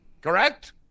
correct